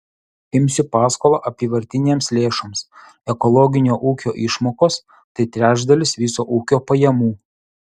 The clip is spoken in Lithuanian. imsiu paskolą apyvartinėms lėšoms ekologinio ūkio išmokos tai trečdalis viso ūkio pajamų